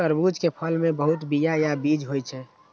तरबूज के फल मे बहुत बीया या बीज होइ छै